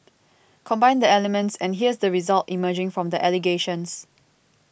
combine the elements and here's the result emerging from the allegations